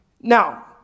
Now